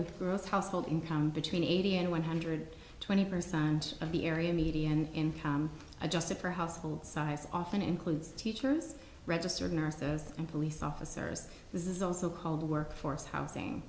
with growth household income between eighty and one hundred twenty percent of the area media and income adjusted for household size often includes teachers registered nurses and police officers this is also called workforce housing